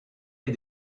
les